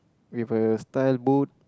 with a style boot